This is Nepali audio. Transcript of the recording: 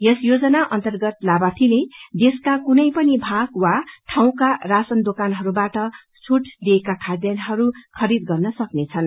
यस योजना अर्न्तगत लामार्थीले देशका कुनै पनि भाग वा ठाउँका राशान दोकानहरूबाट छूट दिइएका खाध्यन्नहरू गरीद गर्न सक्नेछन्